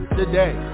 today